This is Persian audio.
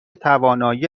توانایی